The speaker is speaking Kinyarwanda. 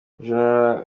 ejo